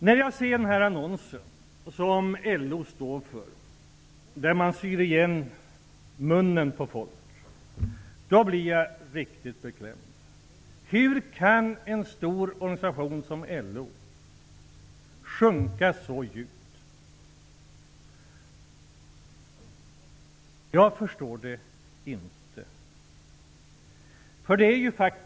När jag ser den annons som LO står för, där man syr igen munnen på folk, blir jag riktigt beklämd. Hur kan en stor organisation som LO sjunka så djupt? Jag förstår det inte.